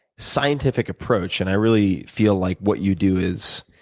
scientific approach, and i really feel like what you do is